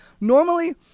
normally